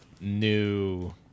new